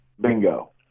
Bingo